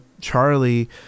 Charlie